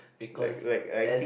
because as